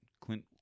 Clint